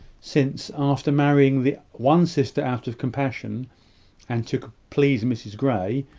since, after marrying the one sister out of compassion and to please mrs grey,